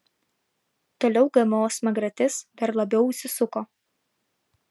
toliau gmo smagratis dar labiau įsisuko